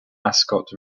ascot